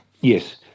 Yes